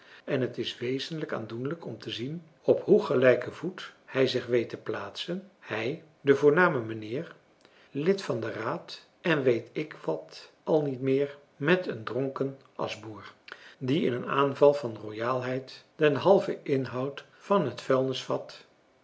en het is wezenlijk aandoenlijk om te zien op hoe gelijken voet hij zich weet te plaatsen hij de voorname mijnheer lid van den raad en weet ik wat al niet meer met een dronken aschboer die in een aanval van royaalheid den halven inhoud van het vuilnisvat